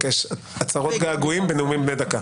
הצהרות געגועים ונאומים בני דקה.